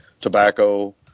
tobacco